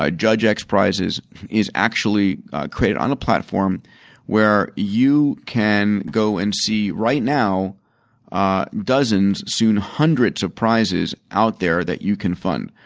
ah judge x prizes is actually created on a platform where you can go and see right now ah dozens soon hundreds of prizes out there that you can fund.